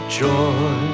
joy